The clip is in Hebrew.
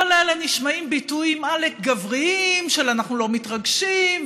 כל אלה נשמעים ביטויים עאלק גבריים: אנחנו לא מתרגשים,